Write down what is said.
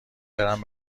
برم